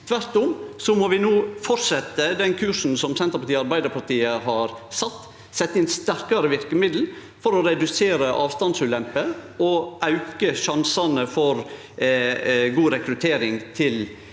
Tvert om må vi no fortsetje den kursen som Senterpartiet og Arbeidarpartiet har sett, og setje inn sterkare verkemiddel for å redusere avstandsulemper og auke sjansane for god rekruttering til